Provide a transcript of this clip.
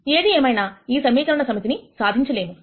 ఏది ఏమైనా ఈ సమీకరణ సమితి సాధించలేము